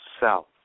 south